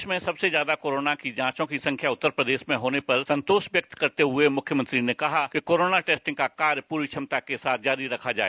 देश में सबसे ज्यादा कोरोना की जाँचों की संख्या उत्तर प्रदेश में होने पर संतोष व्यक्त करते हुए मुख्यमंत्री ने कहा कि कोरोना टेस्टिंग का कार्य पूरी क्षमता के साथ जारी रखा जाए